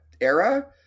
era